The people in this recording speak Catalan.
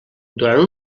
durant